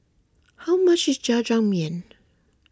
how much is Jajangmyeon